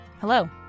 hello